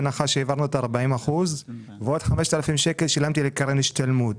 בהנחה שהעברנו את ה-40% ועוד 5,000 שקל שילמתי לקרן השתלמות.